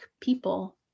people